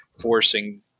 forcing